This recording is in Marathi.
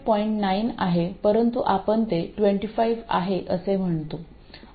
9 आहे परंतु आपण ते 25 असे म्हणतो